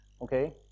Okay